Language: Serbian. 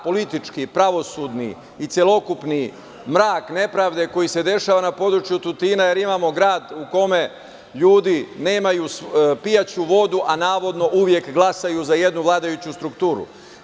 Politički, pravosudni i celokupni mrak nepravde koji se dešava na području Tutina, jer imamo grad u kome ljudi nemaju pijaću vodu, a navodno uvek glasaju za jednu vladajuću strukturu.